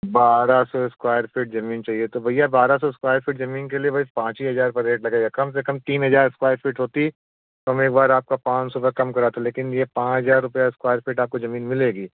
बारह सौ square feet ज़मीन चाहिए तो भैया बारह सौ स्क्वायर फीट ज़मीन के लिए भाई पाँच ही हज़ार रुपये का रेट लगेगा कम से कम तीन हज़ार स्क्वायर फीट होती तो मैं एक बार आपका पाँच सौ का कम कराता लेकिन भैया पाँच हज़ार रुपये स्क्वायर फीट ज़मीन आपको मिलेगी